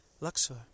Luxor